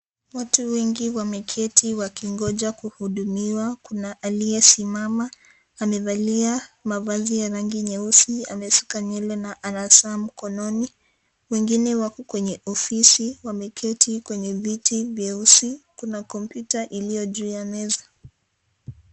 Watu wengi wameketi wakingoja kuhudumiwa kuna alie simama amevalia mavazi ya rangi nyeusi amesuka nywele na ana saa mkononi. Wengine wapo kwenye ofisi wameketi kwenye viti vyeusi, kuna kompyuta ilio juu ya meza.